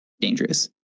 dangerous